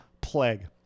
plague